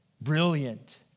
brilliant